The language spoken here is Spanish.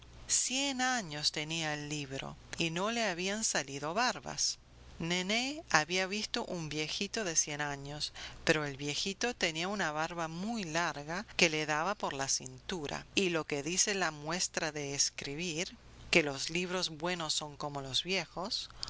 cien años tenía el libro y no le habían salido barbas nené había visto un viejito de cien años pero el viejito tenía una barba muy larga que le daba por la cintura y lo que dice la muestra de escribir que los libros buenos son como los viejos